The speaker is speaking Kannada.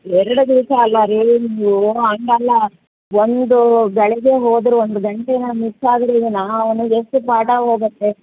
ಎರಡು ದಿವಸ ಅಲ್ಲ ರೀ ನಿಮ್ಮದು ಹಾಗಲ್ಲ ಒಂದು ಗಳಿಗೆ ಹೋದರು ಒಂದು ಗಂಟೆನೆ ಮಿಸ್ ಆಗಲಿ ಈಗ ನಾ ಅವ್ನಿಗೆ ಎಷ್ಟು ಪಾಠ ಹೋಗುತ್ತೆ